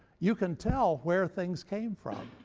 you can tell where things came from.